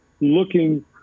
looking